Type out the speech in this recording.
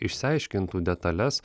išsiaiškintų detales